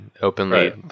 openly